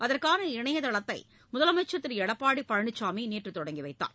அதற்கான இணையதளத்தை முதலமைச்சர் திரு எடப்பாடி பழனிசாமி நேற்று தொடங்கிவைத்தார்